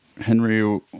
Henry